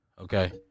okay